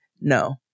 no